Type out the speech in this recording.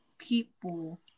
people